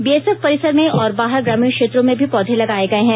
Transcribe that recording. BSF परिसर में और बाहर ग्रामीण क्षेत्रों में भी पौधे लगाए गए हैं